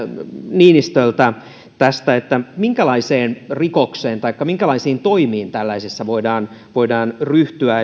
niinistöltä minkälaiseen rikokseen tai minkälaisiin toimiin tällaisissa voidaan voidaan ryhtyä